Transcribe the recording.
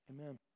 Amen